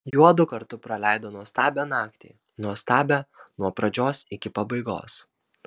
juodu kartu praleido nuostabią naktį nuostabią nuo pradžios iki pabaigos